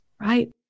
right